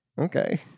Okay